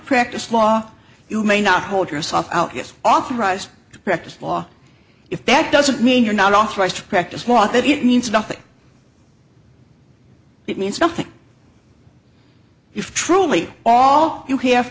practice law you may not hold yourself out if authorized to practice law if that doesn't mean you're not authorized to practice law but it means nothing it means nothing if truly all you have